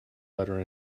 butter